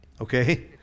Okay